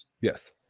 yes